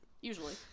Usually